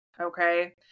Okay